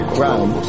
Ground